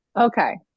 Okay